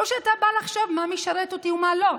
או שאתה בא לחשוב, מה ישרת אותי ומה לא.